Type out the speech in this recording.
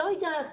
לא יודעת.